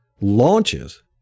launches